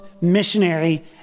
missionary